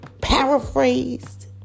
paraphrased